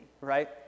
right